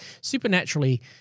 supernaturally